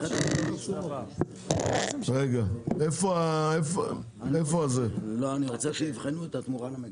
אני רוצה שיבחנו את התמורה למגדלים.